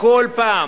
בכל פעם